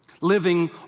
living